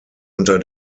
unter